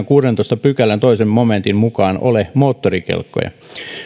kuudennentoista pykälän toisen momentin mukaan ole moottorikelkkoja